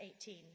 18